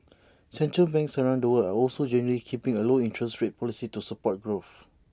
central banks around the world are also generally keeping A low interest rate policy to support growth